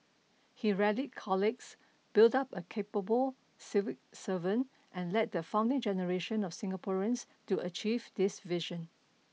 he rallied colleagues built up a capable civil servant and led the founding generation of Singaporeans to achieve this vision